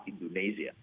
Indonesia